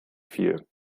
viel